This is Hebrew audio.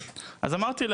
ואמרתי,